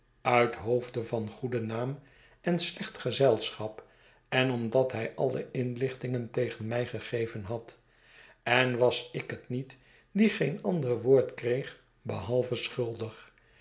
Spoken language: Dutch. uithoofde van goeden naam en slecht gezelschap en omdat hij alle inlichtingen tegen mij gegevenhad en was ik het niet die geen ander woordkreeg behalve schuldig